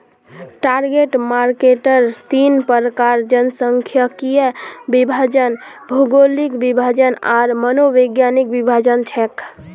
target मार्केटेर तीन प्रकार जनसांख्यिकीय विभाजन, भौगोलिक विभाजन आर मनोवैज्ञानिक विभाजन छेक